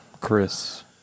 Chris